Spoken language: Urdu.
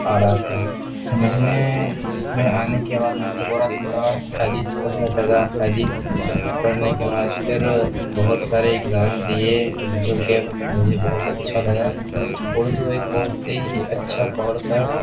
آ رہا تھا سمجھنے میں آنے کے بعد میں تھوڑا تھوڑا حدیث پڑھنے لگا حدیث پڑھنے کے بعد پھر بہت سارے اگزام دیے اردو کے مجھے بہت اچھا لگا اردو ایک بہت ہی اچھا کورس ہے